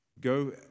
Go